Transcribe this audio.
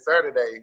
Saturday